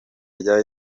rya